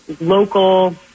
local